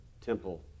temple